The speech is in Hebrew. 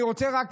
אני רוצה עכשיו,